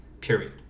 period